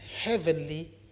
heavenly